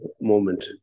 moment